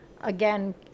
again